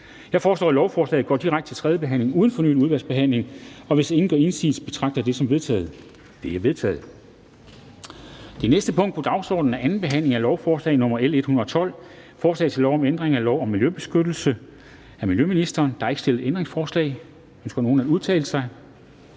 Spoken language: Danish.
Jeg foreslår, at lovforslagene går direkte til tredje behandling uden fornyet udvalgsbehandling. Hvis ingen gør indsigelse, betragter jeg det som vedtaget. Det er vedtaget. --- Det næste punkt på dagsordenen er: 13) 2. behandling af lovforslag nr. L 112: Forslag til lov om ændring af lov om miljøbeskyttelse. (Implementering af affaldsdirektivets minimumskrav til